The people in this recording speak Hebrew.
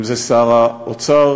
אם זה שר האוצר,